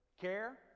Care